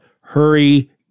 Hurry